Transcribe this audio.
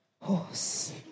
horse